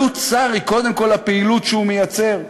עלות שר היא קודם כול הפעילות שהוא מייצר,